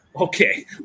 Okay